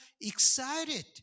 excited